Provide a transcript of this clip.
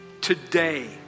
Today